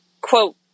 quote